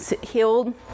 healed